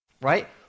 right